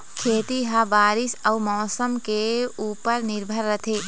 खेती ह बारीस अऊ मौसम के ऊपर निर्भर रथे